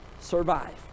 survive